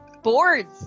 Boards